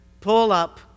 pull-up